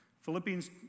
Philippians